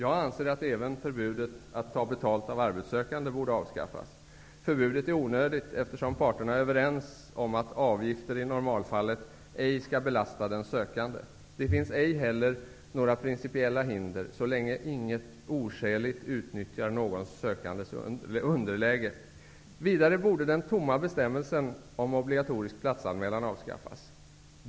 Jag anser att även förbudet att ta betalt av arbetssökande borde avskaffas. Förbudet är onödigt, eftersom parterna är överens om att avgifter i normalfallet ej skall belasta den sökande. Det finns ej heller några principiella hinder, så länge ingen oskäligt utnyttjar någon sökandes underläge. Vidare borde den tomma bestämmelsen om obligatorisk platsanmälan avskaffas.